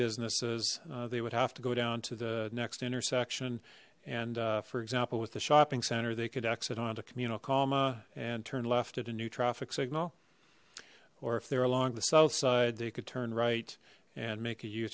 businesses they would have to go down to the next intersection and for example with the shopping center they could exit onto communal comma and turn left at a new traffic signal or if they're along the south side they could turn right and make